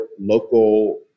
local